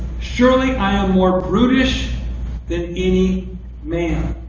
surely i am more brutish than any man,